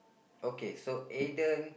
okay so Aiden